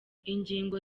ingingo